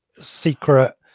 secret